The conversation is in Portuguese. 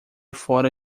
fora